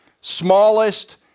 smallest